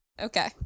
Okay